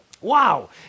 Wow